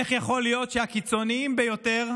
איך יכול להיות שהקיצוניים ביותר,